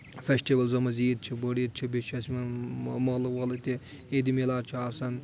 فیسٹِؤلزَن منٛز عیٖد چھِ بٔڑ عیٖد چھےٚ بیٚیہِ چھِ اَسہِ یِمَن مٲلہٕ وٲلہٕ تہِ عیٖدِ مِلاد چھُ آسان